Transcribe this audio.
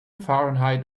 fahrenheit